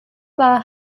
war